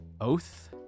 Oath